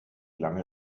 lange